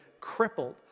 crippled